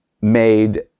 made